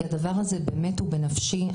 כי הדבר הזה באמת הוא בנפשי.